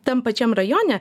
tam pačiam rajone